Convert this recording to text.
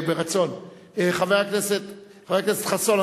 חבר הכנסת חסון,